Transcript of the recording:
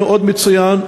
מצוין,